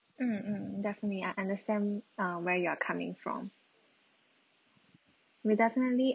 mm mm definitely I understand um where you are coming from we definitely